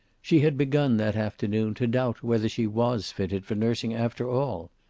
she had begun, that afternoon, to doubt whether she was fitted for nursing after all.